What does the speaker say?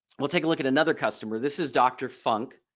we'll take a look at another customer. this is dr. funk.